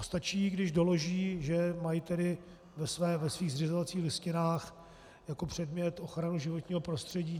Stačí, když doloží, že mají ve svých zřizovacích listinách jako předmět ochranu životního prostředí.